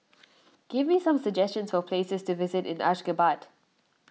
give me some suggestions for places to visit in Ashgabat